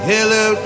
Hello